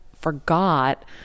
forgot